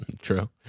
True